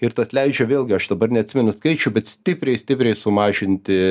ir tas leidžia vėlgi aš dabar neatsimenu skaičių bet stipriai stipriai sumažinti